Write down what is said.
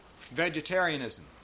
vegetarianism